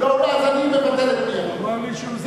הוא אמר לי שהוא,